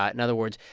ah in other words,